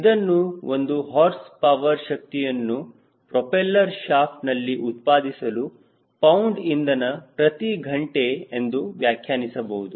ಇದನ್ನು ಒಂದು horsepower ಶಕ್ತಿಯನ್ನು ಪ್ರೋಪೆಲ್ಲರ್ ಶಾಫ್ಟ್ನಲ್ಲಿ ಉತ್ಪಾದಿಸಲು ಪೌಂಡ್ ಇಂಧನ ಪ್ರತಿ ಗಂಟೆ ಎಂದು ವ್ಯಾಖ್ಯಾನಿಸಬಹುದು